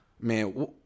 man